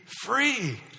free